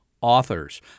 authors